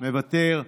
מוותר.